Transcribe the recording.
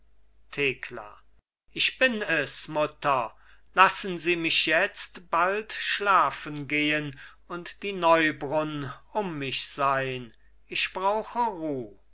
thekla ich bin es mutter lassen sie mich jetzt bald schlafen gehen und die neubrunn um mich sein ich brauche